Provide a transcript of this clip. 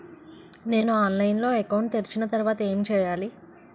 నేను ఆన్లైన్ లో అకౌంట్ తెరిచిన తర్వాత ఏం చేయాలి?